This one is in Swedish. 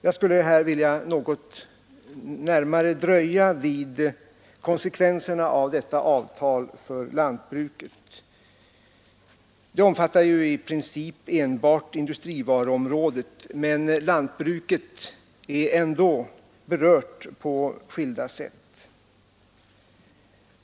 Jag skall därför något närmare dröja vid konsekvenserna för lantbruket av detta avtal. Det omfattar i princip enbart industrivaruområdet men berör likväl lantbruket på skilda sätt.